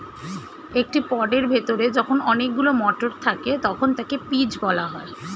একটি পডের ভেতরে যখন অনেকগুলো মটর থাকে তখন তাকে পিজ বলা হয়